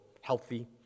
healthy